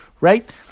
Right